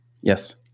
Yes